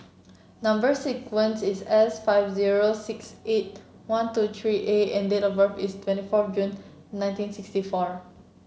number sequence is S five zero six eight one two three A and date of birth is twenty four June nineteen sixty four